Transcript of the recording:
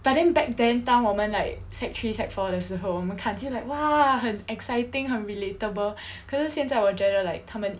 but then back then 当我们 like sec three sec four 的时候我们看见 like !wah! 很 exciting 很 relatable 可是现在我觉得 like 他们